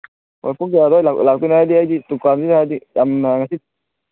ꯍꯣꯏ ꯄꯨꯡ ꯀꯌꯥ ꯑꯗꯨꯋꯥꯏꯗ ꯂꯥꯛꯇꯣꯏꯅꯣ ꯍꯥꯏꯗꯤ ꯑꯩꯗꯤ ꯗꯨꯀꯥꯟꯁꯤꯅ ꯍꯥꯏꯗꯤ ꯌꯥꯝꯅ